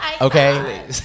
okay